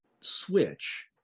switch